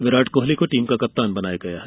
विराट कोहली को टीम का कप्तान बनाया गया है